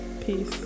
peace